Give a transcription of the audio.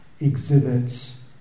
exhibits